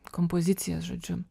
kompozicijas žodžiu